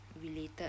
related